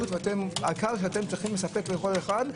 העיקר שאתם צריכים לספק לכל אחד,